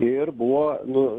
ir buvo nu